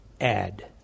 add